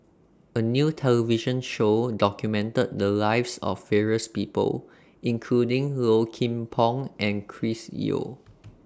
A New television Show documented The Lives of various People including Low Kim Pong and Chris Yeo